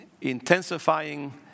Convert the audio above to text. intensifying